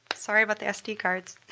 sorry about the sd cards.